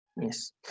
Yes